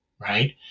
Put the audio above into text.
right